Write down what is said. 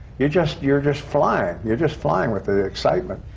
you're just you're just flying! you're just flying with the excitement.